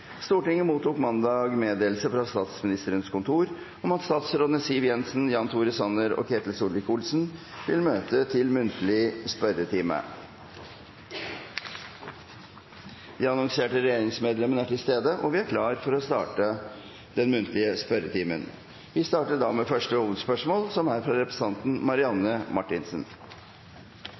Stortinget mottok mandag meddelelse fra Statsministerens kontor om at statsrådene Siv Jensen, Jan Tore Sanner og Ketil Solvik-Olsen vil møte til muntlig spørretime. De annonserte regjeringsmedlemmer er til stede, og vi er klare til å starte den muntlige spørretimen. Vi starter med første hovedspørsmål, fra representanten